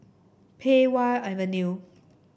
Pei Wah Avenue